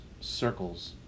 circles